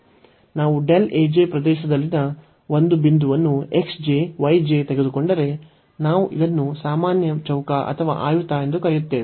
ನಾವು ಪ್ರದೇಶದಲ್ಲಿನ ಒಂದು ಬಿಂದುವನ್ನು x j y j ತೆಗೆದುಕೊಂಡರೆ ನಾವು ಇದನ್ನು ಸಾಮಾನ್ಯ ಚೌಕ ಅಥವಾ ಆಯತ ಎಂದು ಕರೆಯುತ್ತಿದ್ದೇವೆ